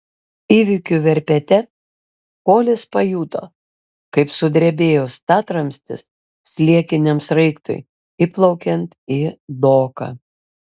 įvykių verpete kolis pajuto kaip sudrebėjo statramstis sliekiniam sraigtui įplaukiant į doką